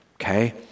okay